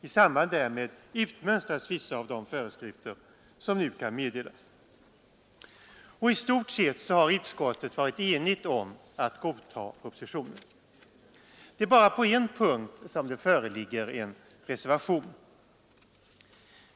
I samband därmed utmönstras vissa av de föreskrifter som nu kan meddelas. I stort sett har utskottet varit enigt om att godtaga propositionen. Det är bara på en punkt som det föreligger en reservation.